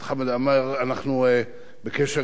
אנחנו בקשר גם בנושא הדרוזים.